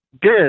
Good